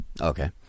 Okay